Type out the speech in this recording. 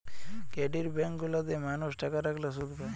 credit bank গুলা তে মানুষ টাকা রাখলে শুধ পায়